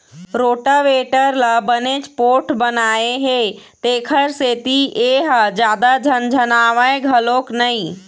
rotavator ल बनेच पोठ बनाए हे तेखर सेती ए ह जादा झनझनावय घलोक नई